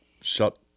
shut